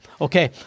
Okay